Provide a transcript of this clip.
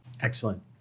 excellent